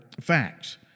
facts